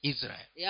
Israel